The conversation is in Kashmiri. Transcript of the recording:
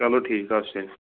چلو ٹھیٖک حظ چھُ تیٚلہِ